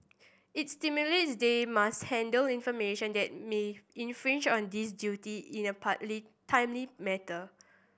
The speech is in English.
it stipulates they must handle information that may infringe on this duty in a partly timely matter